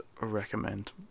recommend